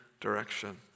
direction